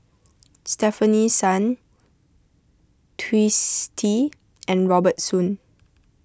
Stefanie Sun Twisstii and Robert Soon